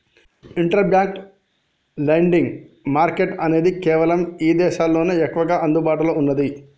inter bank lending market అనేది కేవలం ఇదేశాల్లోనే ఎక్కువగా అందుబాటులో ఉన్నాది